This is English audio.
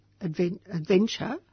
adventure